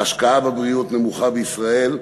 ההשקעה בבריאות נמוכה בישראל,